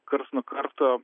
karts nuo karto